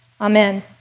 Amen